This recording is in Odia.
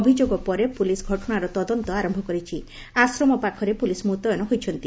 ଅଭିଯୋଗ ପରେ ପୁଲିସ୍ ଘଟଶାର ତଦନ୍ତ ଆର ଆଶ୍ରମ ପାଖରେ ପୁଲିସ ମୁତୟନ ହୋଇଛନ୍ତି